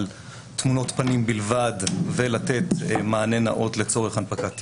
תמונות פנים בלבד ולתת מענה נאות לצורך הנפקת תיעוד.